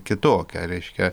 kitokia reiškia